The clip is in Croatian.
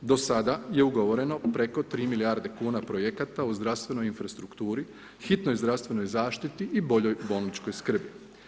Do sada je ugovoreno preko 3 milijarde kuna projekata u zdravstvenoj infrastrukturi, hitnoj zdravstvenoj zaštiti i boljoj bolničkoj skrbi.